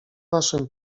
naszym